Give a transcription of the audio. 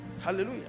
Hallelujah